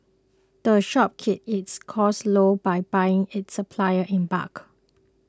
the shop keeps its costs low by buying its supplies in bulk